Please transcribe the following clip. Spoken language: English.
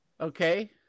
okay